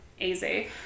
easy